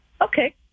Okay